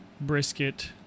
brisket